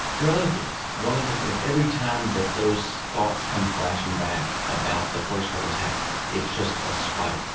there are other theories. one of them is every time that those thoughts come flashing back about the first heart attack it's just a spike,